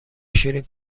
شیرین